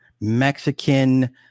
Mexican